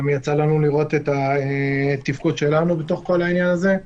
יצא לנו לראות את התפקוד שלנו בתוך העניין הזה.